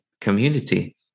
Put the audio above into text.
community